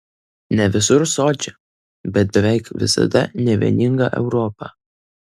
ne visur sočią bet beveik visada nevieningą europą